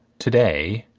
today,